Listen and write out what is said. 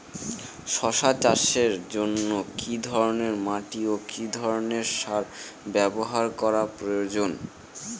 শশা চাষের জন্য কি ধরণের মাটি ও কি ধরণের সার ব্যাবহার করা প্রয়োজন?